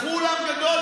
לקחו אולם גדול,